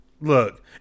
Look